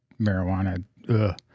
marijuana